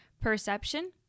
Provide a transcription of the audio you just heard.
perception